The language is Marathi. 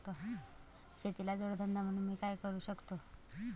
शेतीला जोड धंदा म्हणून मी काय करु शकतो?